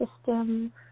system